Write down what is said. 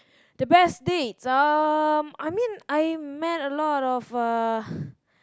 the best dates um I mean I met a lot of uh